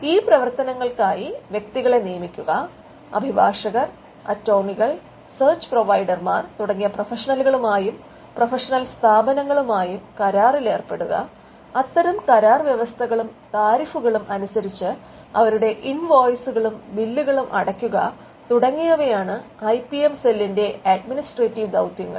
ഈ പ്രവർത്തനങ്ങൾക്കായി വ്യക്തികളെ നിയമിക്കുക അഭിഭാഷകർ അറ്റോർണികൾ സെർച്ച് പ്രൊവൈഡർമാർ തുടങ്ങിയ പ്രൊഫഷണലുകളുമായും പ്രൊഫഷണൽ സ്ഥാപനങ്ങളുമായും കരാറിൽ ഏർപ്പെടുക അത്തരം കരാർ വ്യവസ്ഥകളും താരിഫുകളും അനുസരിച്ച് അവരുടെ ഇൻവോയ്സുകളും ബില്ലുകളും അടയ്ക്കുക തുടങ്ങിയവയാണ് ഐ പി എം സെല്ലിന്റെ അഡ്മിനിസ്ട്രേറ്റീവ് ദൌത്യങ്ങൾ